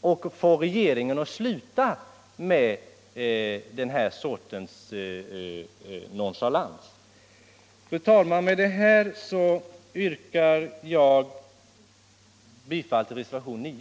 och få regeringen att sluta med den här sortens nonchalans. Fru talman! Med detta yrkar jag bifall till reservationen 9.